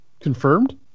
confirmed